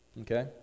Okay